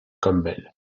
campbell